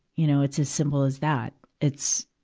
you know, it's as simple as that. it's,